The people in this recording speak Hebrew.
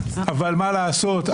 אבל מה לעשות,